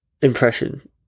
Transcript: impression